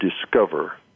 discover